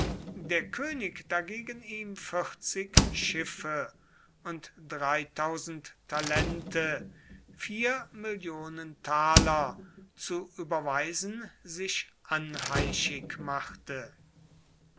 der könig dagegen ihm vierzig schiffe und talente zu überweisen sich anheischig machte